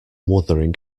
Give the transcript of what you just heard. wuthering